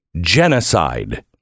genocide